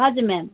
हजुर म्याम